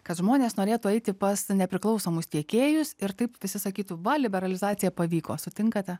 kad žmonės norėtų eiti pas nepriklausomus tiekėjus ir taip visi sakytų va liberalizacija pavyko sutinkate